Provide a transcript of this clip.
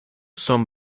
son